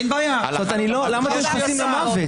זאת אומרת, למה אתם מתייחסים רק למוות?